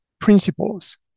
principles